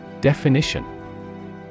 Definition